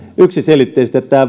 yksiselitteisesti